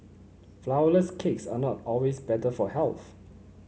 flourless cakes are not always better for health